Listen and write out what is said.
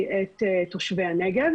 אנחנו מקבלים פה במרפאות ילדים עם חבלות.